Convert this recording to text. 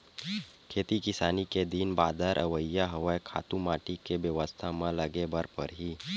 खेती किसानी के दिन बादर अवइया हवय, खातू माटी के बेवस्था म लगे बर परही